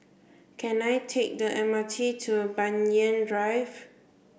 can I take the M R T to Banyan Drive